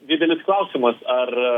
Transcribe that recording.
didelis klausimas ar